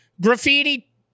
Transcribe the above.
Graffiti